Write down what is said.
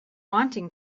wanting